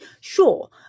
Sure